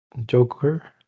Joker